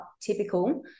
typical